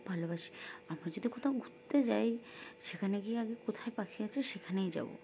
খুব ভালোবাসি আমরা যদি কোথাও ঘুরতে যাই সেখানে গিয়ে আগে কোথায় পাখি আছে সেখানেই যাবো